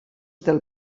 del